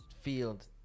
field